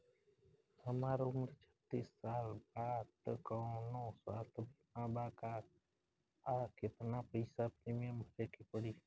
हमार उम्र छत्तिस साल बा त कौनों स्वास्थ्य बीमा बा का आ केतना पईसा प्रीमियम भरे के पड़ी?